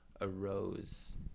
arose